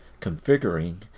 Configuring